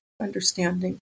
understanding